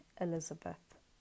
Elizabeth